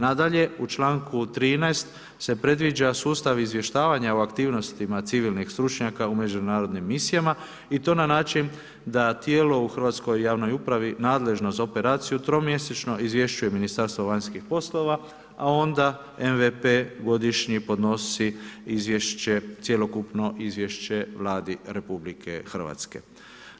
Nadalje u članku 13. se predviđa sustav izvještavanja o aktivnostima civilnih stručnjaka u međunarodnim misijama i to na način da tijelo u hrvatskoj javnoj upravi nadležno za operaciju tromjesečno izvješćuje Ministarstvo vanjskih poslova, a onda MVPE godišnje podnosi izvješće cjelokupno izvješće Vladi Republike Hrvatske.